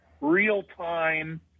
real-time